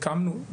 הקמנו,